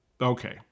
Okay